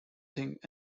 think